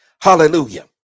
hallelujah